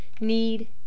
need